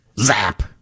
Zap